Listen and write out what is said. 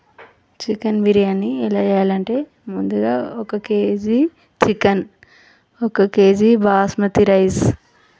chicken biryani ఎలా చేయాలంటే ముందుగా ఒక కేజీ చికెన్ ఒక కేజీ బాస్మతి రైస్